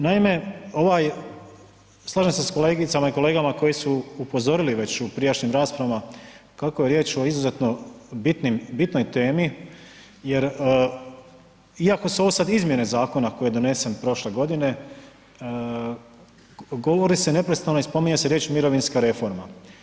Naime, slažem se sa kolegicama i kolegama koji su upozorili već u prijašnjim raspravama kako je riječ o izuzetno bitnim, bitnoj temi jer iako su ovo sada izmjene zakona koji je donesen prošle godine, govori se neprestano i spominje se riječ mirovinska reforma.